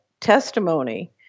testimony